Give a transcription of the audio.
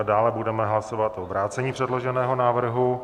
Dále budeme hlasovat o vrácení předloženého návrhu.